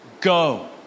go